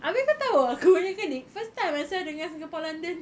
abeh kau tahu aku punya colleague first time ah sia dengar singapore london